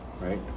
Right